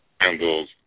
handles